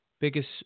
biggest